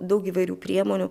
daug įvairių priemonių